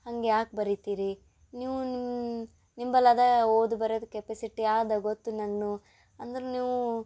ಹಂಗೆ ಯಾಕೆ ಬರಿತೀರಿ ನೀವು ನಿಮ್ಮ ನಿಂಬಲ್ಲಿ ಅದಾ ಓದು ಬರೆಯೋದು ಕೆಪಸಿಟಿ ಅದ ಗೊತ್ತು ನಂಗೂನೂ ಅಂದ್ರೆ ನೀವು